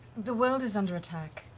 the world is under attack.